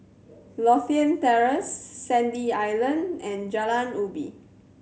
Lothian Terrace Sandy Island and Jalan Ubi